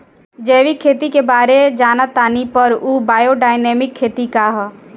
जैविक खेती के बारे जान तानी पर उ बायोडायनमिक खेती का ह?